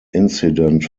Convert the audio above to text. incident